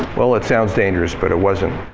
well it sounds dangerous but it wasn't.